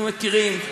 אנחנו מכירים,